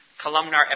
columnar